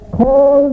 call